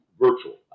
virtual